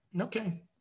Okay